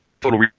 total